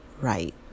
right